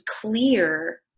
clear